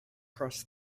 cross